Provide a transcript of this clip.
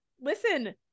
listen